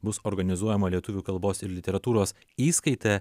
bus organizuojama lietuvių kalbos ir literatūros įskaita